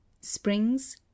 Springs